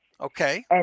Okay